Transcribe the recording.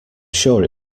sure